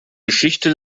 geschichte